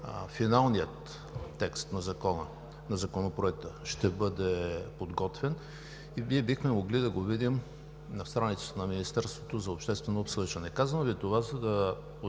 финалният текст на Законопроекта ще бъде подготвен и ние бихме могли да го видим на страницата на Министерството за обществено обсъждане. Казвам Ви това, за да